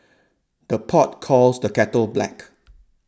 the pot calls the kettle black